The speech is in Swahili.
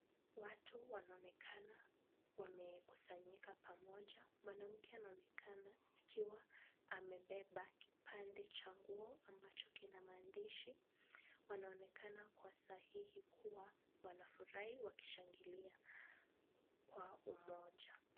Watu wanaonekana wamekusanyika pamoja. Mwanamke anaonekana akiwa amebeba kipande cha nguo ambacho kina maandishi. Wanaonekana kwa sahihi kuwa wanafurahi wakishangilia kwa umoja.